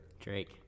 Drake